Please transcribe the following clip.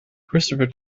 christopher